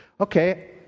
Okay